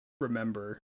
remember